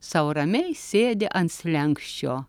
sau ramiai sėdi ant slenksčio